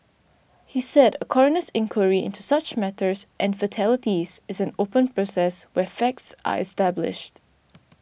he said a coroner's inquiry into such matters and fatalities is an open process where facts are established